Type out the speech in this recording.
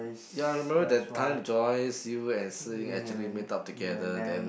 ya I remember that time Joyce you and Si Ying actually meet up together then